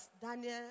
Daniel